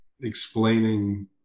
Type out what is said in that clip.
explaining